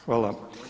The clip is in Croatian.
Hvala.